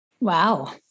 Wow